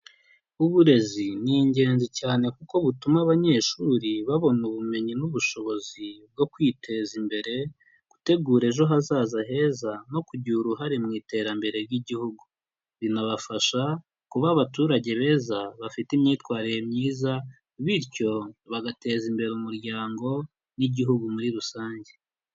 Uburezi ni ingenzi cyane kuko butuma abanyeshuri, babona ubumenyi n'ubushobozi bwo kwiteza imbere, gutegura ejo hazaza heza, no kugira uruhare mu iterambere ry'Igihugu. Binabafasha kuba abaturage beza bafite imyitwarire myiza, bityo bagateza imbere umuryango n'Igihugu muri rusange.